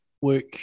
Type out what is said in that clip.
work